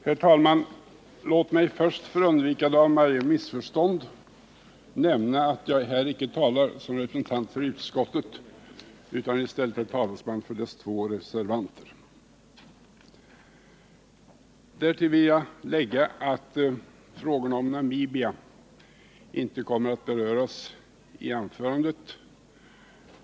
Herr talman! Låt mig först för undvikande av varje missförstånd nämna att jag här icke talar som representant för utskottet utan i stället för dess två reservanter. Därtill vill jag lägga att frågan om Namibia inte kommer att beröras i mitt anförande.